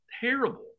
terrible